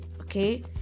okay